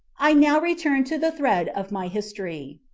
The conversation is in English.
i now return to the thread of my history.